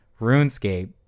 RuneScape